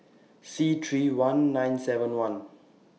C three I nine seven one